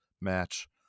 match